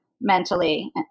mentally